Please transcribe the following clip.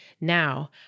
Now